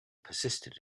persisted